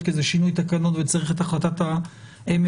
כי זה שינוי תקנות וצריך את החלטת הממשלה,